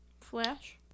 Flash